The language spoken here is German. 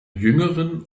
jüngeren